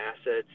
assets